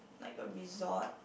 like a resort